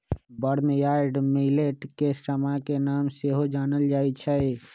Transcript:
barnyard millet के समा के नाम से सेहो जानल जाइ छै